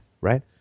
right